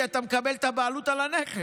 כי אתה מקבל את הבעלות על הנכס.